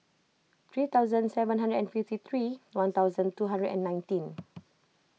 three thousand seven hundred and fifty three one thousand two hundred and nineteen